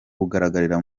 bugaragarira